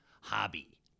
hobby